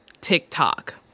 TikTok